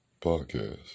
Podcast